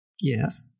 Yes